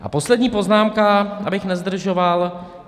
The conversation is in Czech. A poslední poznámka, abych nezdržoval.